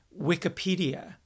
Wikipedia